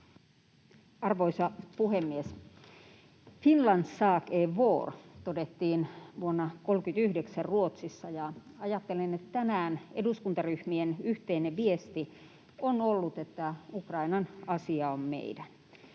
Arvoisa puhemies! Finlands sak är vår, todettiin vuonna 1939 Ruotsissa, ja ajattelen, että tänään eduskuntaryhmien yhteinen viesti on ollut, että Ukrainan asia on meidän.